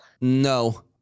No